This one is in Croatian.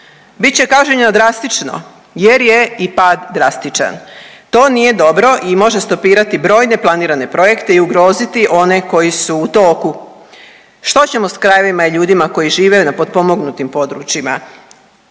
Bit će kažnjena drastično jer je i pad drastičan. To nije dobro i može stopirati brojne planirane projekte i ugroziti one koji su u toku. Što ćemo s krajevima i ljudima koji žive na potpomognutim područjima?